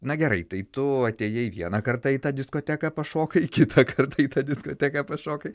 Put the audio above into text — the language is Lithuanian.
na gerai tai tu atėjai vieną kartą į tą diskoteką pašokai kitą kartą į tą diskoteką pašokai